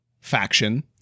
faction